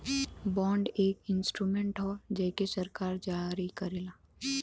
bond एक instrument हौ जेके सरकार जारी करला